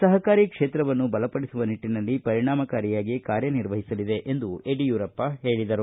ಸಹಕಾರಿ ಕ್ಷೇತ್ರವನ್ನು ಬಲಪಡಿಸುವ ನಿಟ್ಟನಲ್ಲಿ ಸರ್ಕಾರ ಪರಿಣಾಮಕಾರಿಯಾಗಿ ಕಾರ್ಯನಿರ್ವಹಿಸಲಿದೆ ಎಂದು ಯಡಿಯೂರಪ್ಪ ಹೇಳಿದರು